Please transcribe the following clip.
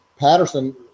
Patterson